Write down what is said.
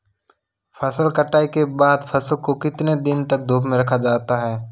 फसल कटाई के बाद फ़सल को कितने दिन तक धूप में रखा जाता है?